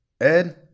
Ed